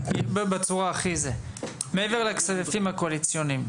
מעבר לכספים הקואליציוניים,